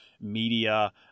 media